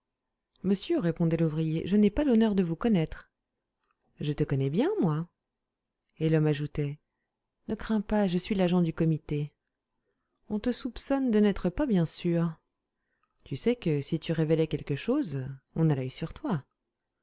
monsieur répondait l'ouvrier je n'ai pas l'honneur de vous connaître je te connais bien moi et l'homme ajoutait ne crains pas je suis l'agent du comité on te soupçonne de n'être pas bien sûr tu sais que si tu révélais quelque chose on a l'oeil sur toi